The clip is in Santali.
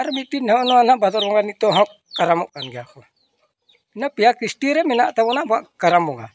ᱟᱨ ᱢᱤᱫᱴᱤᱱ ᱱᱟᱣᱟ ᱱᱟᱣᱟ ᱦᱟᱸᱜ ᱵᱟᱫᱚᱨ ᱵᱚᱸᱜᱟ ᱱᱤᱛᱚᱜ ᱦᱚᱸ ᱠᱟᱨᱟᱢᱚᱜ ᱠᱟᱱ ᱜᱮᱭᱟ ᱠᱚ ᱤᱱᱟᱹ ᱯᱮᱭᱟ ᱠᱤᱥᱴᱤ ᱨᱮ ᱢᱮᱱᱟᱜ ᱛᱟᱵᱚᱱᱟ ᱟᱵᱚᱣᱟᱜ ᱠᱟᱨᱟᱢ ᱵᱚᱸᱜᱟ